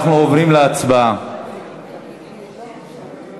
עם הטיעונים האלה.